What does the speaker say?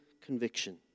conviction